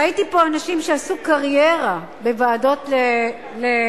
ראיתי פה אנשים שעשו קריירה בוועדות לנשים,